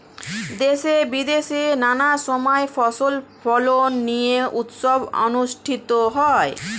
দেশে বিদেশে নানা সময় ফসল ফলন নিয়ে উৎসব অনুষ্ঠিত হয়